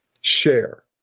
Share